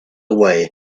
away